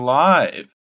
live